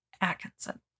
Atkinson